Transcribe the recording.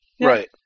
Right